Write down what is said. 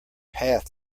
path